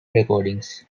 recordings